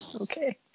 Okay